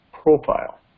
Profile